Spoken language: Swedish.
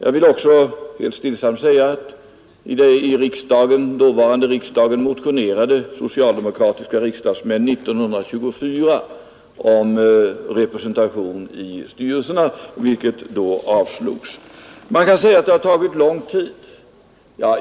Jag vill också säga att i den dåvarande riksdagen motionerade socialdemokratiska riksdagsmän år 1924 om representation i styrelserna för de anställda, vilket då avslogs. Man kan säga att det har tagit lång tid.